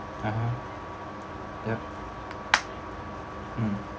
(uh huh) yup mm